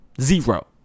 Zero